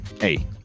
hey